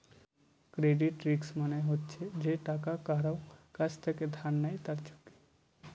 credit risk মানে হচ্ছে যে টাকা কারুর কাছ থেকে ধার নেয় তার ঝুঁকি